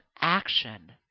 action